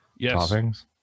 toppings